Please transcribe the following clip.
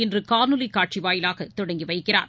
இன்றுகாணொலிகாட்சிவாயிலாகதொடங்கிவைக்கிறார்